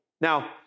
Now